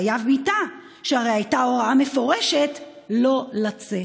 חייב מיתה, שהרי הייתה הוראה מפורשת לא לצאת.